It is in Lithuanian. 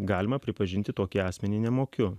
galima pripažinti tokį asmenį nemokiu